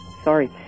Sorry